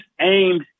aimed